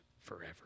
forever